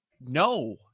no